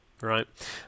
right